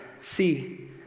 See